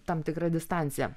tam tikrą distanciją